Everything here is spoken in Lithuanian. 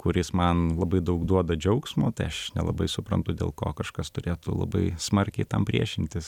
kuris man labai daug duoda džiaugsmo tai aš nelabai suprantu dėl ko kažkas turėtų labai smarkiai tam priešintis